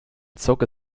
zog